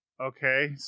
okay